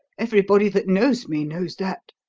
everybody that knows me knows that.